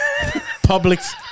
Publix